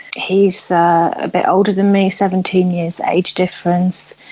he's a bit older than me, seventeen years age difference,